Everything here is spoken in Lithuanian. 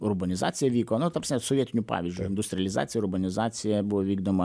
urbanizacija vyko nu ta psme sovietiniu pavyzdžiu industrializacija urbanizacija buvo vykdoma